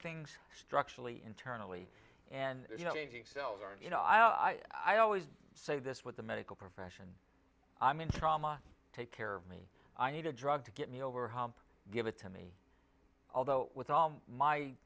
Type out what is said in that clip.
things structurally internally and the cells aren't you know i i always say this with the medical profession i'm in trauma take care of me i need a drug to get me over hump give it to me although with all my